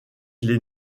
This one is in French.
les